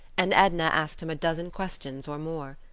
and edna asked him a dozen questions or more.